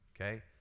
okay